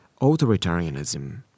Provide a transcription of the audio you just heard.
authoritarianism